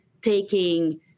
taking